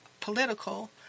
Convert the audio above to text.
political